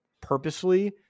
purposely